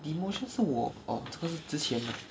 demotion 是我 orh 这个是之前的